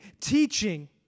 teaching